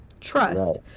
Trust